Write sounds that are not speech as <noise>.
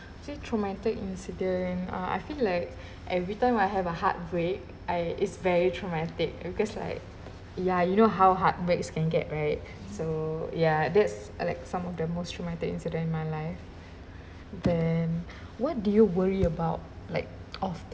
say traumatic incident uh I feel like <breath> every time I have a heartbreak I is very traumatic because like ya you know how heartbreaks can get right so yeah that's like some of the most traumatic incident in my life then what do you worry about like <noise> often